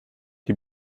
die